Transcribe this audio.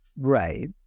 Right